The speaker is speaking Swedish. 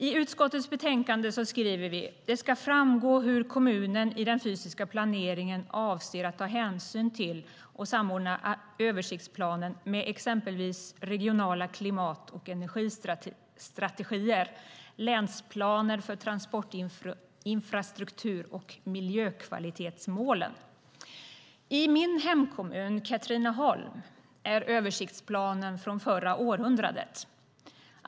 I utskottets betänkande skriver vi att "det ska framgå hur kommunen i den fysiska planeringen avser att ta hänsyn till och samordna översiktsplanen med exempelvis regionala klimat och energistrategier, länsplaner för transportinfrastruktur och miljökvalitetsmålen". I min hemkommun Katrineholm är översiktplanen från förra århundradet.